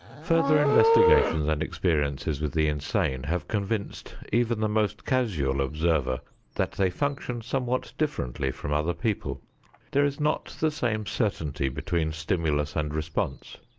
further investigation and experiences with the insane have convinced even the most casual observer that they function somewhat differently from other people there is not the same certainty between stimulus and response.